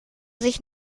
sich